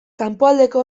kanpoaldeko